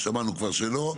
שמענו כבר שלא.